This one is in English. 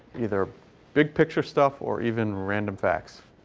either big picture stuff or even random facts.